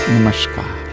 Namaskar